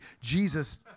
Jesus